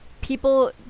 people